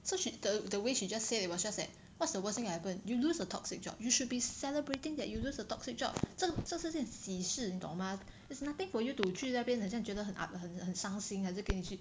so she the the way she just said it was just that what's the worst thing that will happen you lose a toxic job you should be celebrating that you lose a toxic job 这这是件喜事你懂吗 there's nothing for you to 去那边好像觉得很 up~ 很很伤心还是给你去